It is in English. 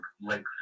Lake